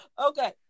Okay